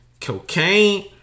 Cocaine